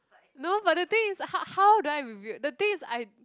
no but the thing is h~ how do I revealed the thing is I